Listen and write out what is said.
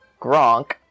Gronk